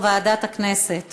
לוועדת הכספים נתקבלה.